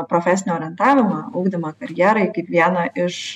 profesinio orientavimo ugdymą karjerai kaip vieną iš